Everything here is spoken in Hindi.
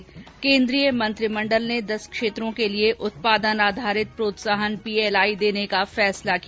् केन्द्रीय मंत्रिमंडल ने दस क्षेत्रों के लिए उत्पादन आधारित प्रोत्साहन पीएलआई देने का फैसला किया